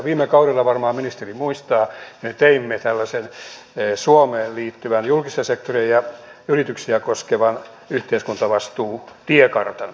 viime kaudella varmaan ministeri muistaa me teimme tällaisen suomeen liittyvän julkista sektoria ja yrityksiä koskevan yhteiskuntavastuutiekartan